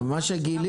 אבל מה שגילינו,